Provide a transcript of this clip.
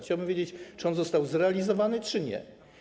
Chciałbym wiedzieć, czy on został zrealizowany czy nie.